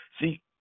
See